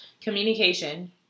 communication